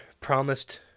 promised